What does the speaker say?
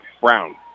Brown